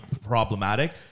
problematic